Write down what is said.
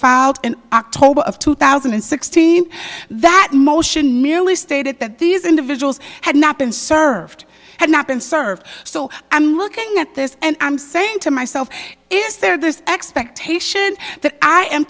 filed in october of two thousand and sixteen that motion merely stated that these individuals had not been served had not been served so i'm looking at this and i'm saying to myself is there this expectation that i am